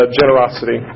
generosity